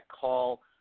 call